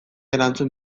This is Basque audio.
erantzun